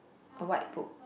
a white book